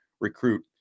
recruit